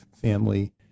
family